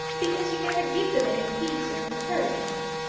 because you never give them any peace or encouragement.